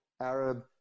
Arab